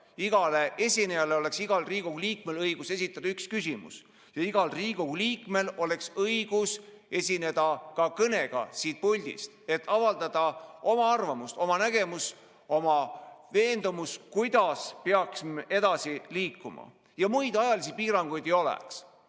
Igale esinejale oleks igal Riigikogu liikmel õigus esitada üks küsimus. Igal Riigikogu liikmel oleks õigus esineda kõnega siit puldist, et avaldada oma arvamus, oma nägemus, oma veendumus, kuidas peaks edasi liikuma. Muid ajalisi piiranguid ei oleks